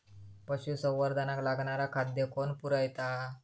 पशुसंवर्धनाक लागणारा खादय कोण पुरयता?